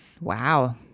Wow